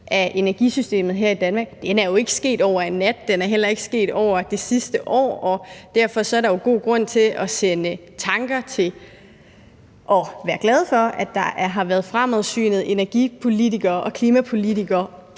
af energisystemet her i Danmark ikke er sket over en nat, og den er heller ikke sket over det sidste år. Derfor er der jo god grund til at være glade for, at der har været fremadsynede energipolitikere og klimapolitikere